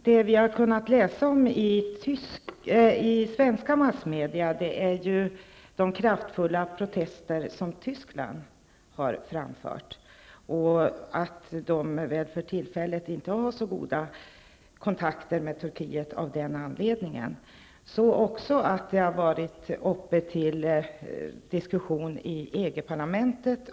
Herr talman! Vi har i svenska massmedia kunnat läsa om de kraftfulla protester som Tyskland har framfört. Tyskland har av den anledningen för tillfället inte så goda kontakter med Turkiet. Frågan har också varit uppe till diskussion i EG parlamentet.